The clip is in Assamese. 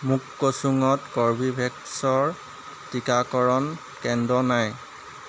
মোককচোঙত কৰ্বীভেক্সৰ টীকাকৰণ কেন্দ্ৰ নাই